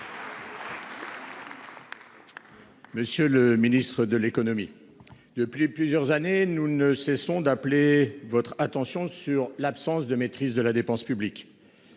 Monsieur le Ministre de l'économie. Depuis plusieurs années, nous ne cessons d'appeler votre attention sur l'absence de maîtrise de la dépense publique.